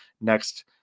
next